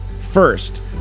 First